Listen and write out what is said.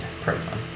Proton